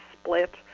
split